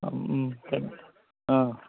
অঁ